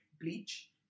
bleach